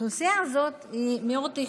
האוכלוסייה הזאת היא מאוד איכותית.